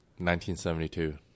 1972